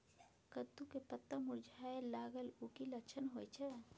कद्दू के पत्ता मुरझाय लागल उ कि लक्षण होय छै?